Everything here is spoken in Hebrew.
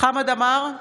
חמד עמאר,